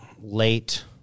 late